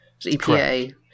EPA